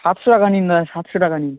সাতশো টাকা নিন না সাতশো টাকা নিন